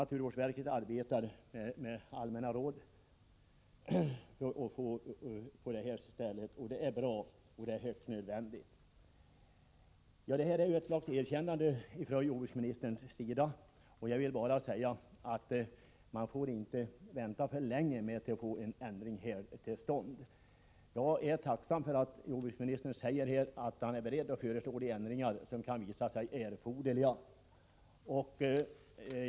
”Naturvårdsverket arbetar f. n. med utformningen av allmänna råd rörande avgiftssystemet.” Det är bra, och det är högst nödvändigt. Detta är ett slags erkännande av bristerna från jordbruksministerns sida, och jag vill bara säga att man inte bör vänta för länge med att få en ändring till stånd. Jag är tacksam för att jordbruksministern säger att han är ”beredd att föreslå de ändringar som därvid kan visa sig erforderliga”.